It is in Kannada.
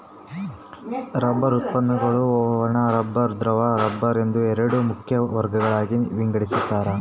ರಬ್ಬರ್ ಉತ್ಪನ್ನಗುಳ್ನ ಒಣ ರಬ್ಬರ್ ದ್ರವ ರಬ್ಬರ್ ಎಂದು ಎರಡು ಮುಖ್ಯ ವರ್ಗಗಳಾಗಿ ವಿಂಗಡಿಸ್ತಾರ